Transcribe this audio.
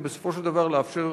ובסופו של דבר לאפשר